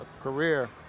career